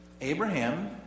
Abraham